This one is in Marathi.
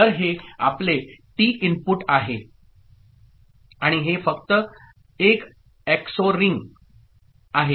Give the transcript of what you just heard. तर हे आपले टी इनपुट आहे आणि हे फक्त एक XORरिंग आहे